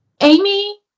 Amy